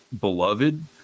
beloved